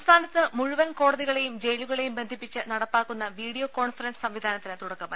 സംസ്ഥാനത്ത് മുഴുവൻ കോടതികളെയും ജയിലുകളെയും ബന്ധിപ്പിച്ച് നടപ്പാക്കുന്ന വീഡിയോ കോൺഫറൻസ് സംവിധാനത്തിന് തുടക്കമായി